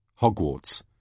Hogwarts